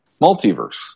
multiverse